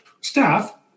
staff